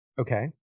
Okay